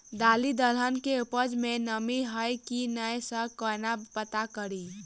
दालि दलहन केँ उपज मे नमी हय की नै सँ केना पत्ता कड़ी?